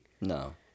No